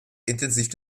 intensiv